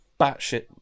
batshit